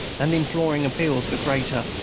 and imploring appeals for greater,